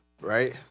Right